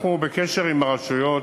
אנחנו בקשר עם הרשויות,